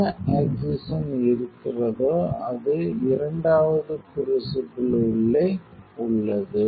என்ன ஆக்சிஜன் இருக்கிறதோ அது இரண்டாவது க்ரூசிபிள் உள்ளே உள்ளது